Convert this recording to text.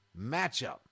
matchup